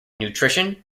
nutrition